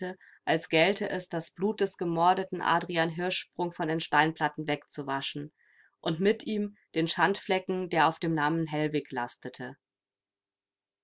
als gelte es das blut des gemordeten adrian hirschsprung von den steinplatten wegzuwaschen und mit ihm den schandflecken der auf dem namen hellwig lastete